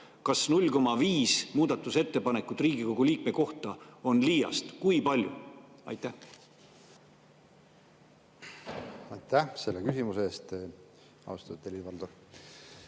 Kas 0,5 muudatusettepanekut Riigikogu liikme kohta on liiast? Kui palju? Aitäh selle küsimuse eest, austatud Helir-Valdor!